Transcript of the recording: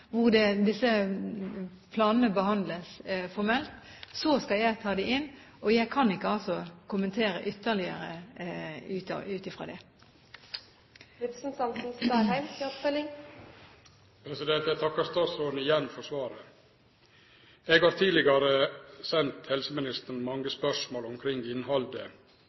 hvor disse planene behandles formelt. Så skal jeg ta dem inn, og jeg kan altså ikke kommentere ytterligere ut fra det. Eg takkar igjen statsråden for svaret. Eg har tidlegare sendt helseministeren mange spørsmål